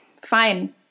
fine